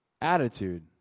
attitude